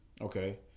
Okay